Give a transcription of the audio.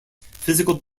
physical